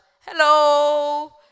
Hello